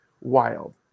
wild